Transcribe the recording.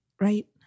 right